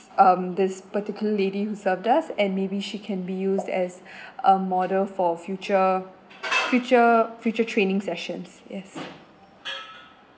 um this particular lady who served us and maybe she can be used as a model for future future future training sessions yes